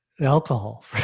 alcohol